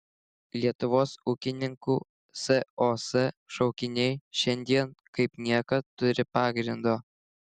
lietuvos ūkininkų sos šaukiniai šiandien kaip niekad turi pagrindo